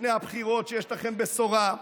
לפני הבחירות שיש לכם בשורה.